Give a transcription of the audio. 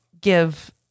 give